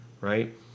right